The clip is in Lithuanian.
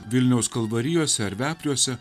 vilniaus kalvarijose ar vepriuose